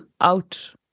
out